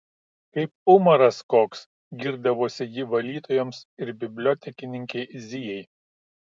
kaip umaras koks girdavosi ji valytojoms ir bibliotekininkei zijai